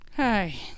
Hi